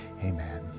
Amen